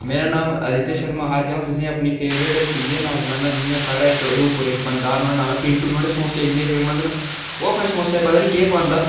मेरा नाम आदित्य शर्मा अज्ज अ'ऊं तुसें गी अपनी फेवरेट चीजें दे नाम सनान्नां जि'यां साढ़ै इक उधमपुर इक बंदा ऐ नुआढ़ा नाम ऐ पिंटू नुआढ़े समोसे इन्ने फेमस न ओह् अपने समोसे च पता निं केह् पांदा